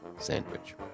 Sandwich